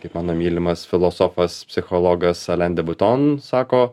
kaip mano mylimas filosofas psichologas alende buton sako